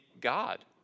God